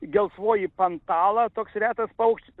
gelsvoji pantala toks retas paukštis